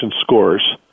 scores